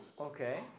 Okay